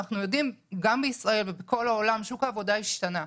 אנחנו יודעים שגם בישראל ובכל העולם שוק העבודה השתנה.